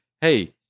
hey